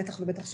בטח ובטח שכזה,